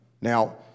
Now